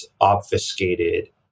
obfuscated